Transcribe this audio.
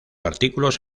artículos